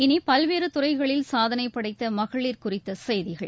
இனி பல்வேறு துறைகளில் சாதனை படைத்த மகளிர் குறித்த செய்திகள்